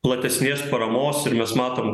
platesnės paramos ir mes matom